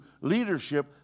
leadership